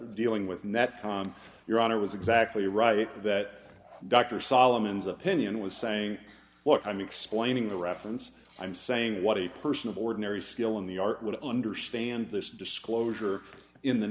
dealing with netcom your honor was exactly right that dr solomon's opinion was saying what i'm explaining the reference i'm saying what a person of ordinary skill in the art would understand this disclosure in the